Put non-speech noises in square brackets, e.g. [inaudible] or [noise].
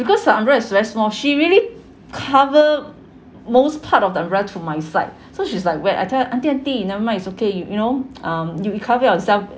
because her umbrella is very small she really cover most part of the umbrella to my side so she's like wet I tell her aunty aunty never mind it's okay you you know [noise] um you you cover yourself